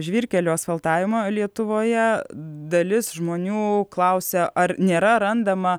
žvyrkelių asfaltavimą lietuvoje dalis žmonių klausia ar nėra randama